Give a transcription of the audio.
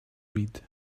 read